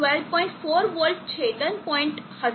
2 volt છેદન point હશે